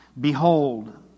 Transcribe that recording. Behold